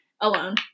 alone